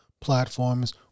platforms